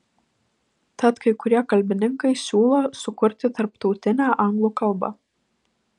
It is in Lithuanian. tad kai kurie kalbininkai siūlo sukurti tarptautinę anglų kalbą